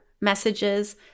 messages